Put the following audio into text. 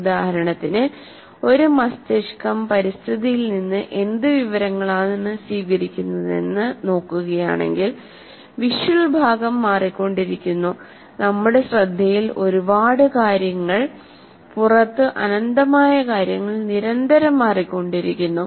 ഉദാഹരണത്തിന്ഒരു മസ്തിഷ്കം പരിസ്ഥിതിയിൽ നിന്ന് എന്ത് വിവരങ്ങളാണ് സ്വീകരിക്കുന്നതെന്ന് നോക്കുകയാണെങ്കിൽ വിഷ്വൽഭാഗം മാറിക്കൊണ്ടിരിക്കുന്നു നമ്മുടെ ശ്രദ്ധയിൽ ഒരുപാടു കാര്യങ്ങൾ പുറത്ത് അനന്തമായ കാര്യങ്ങൾ നിരന്തരം മാറിക്കൊണ്ടിരിക്കുന്നു